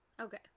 Okay